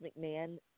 McMahon